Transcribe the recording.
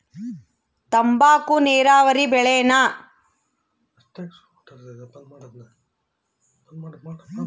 ತಂಬಾಕು ನೇರಾವರಿ ಬೆಳೆನಾ?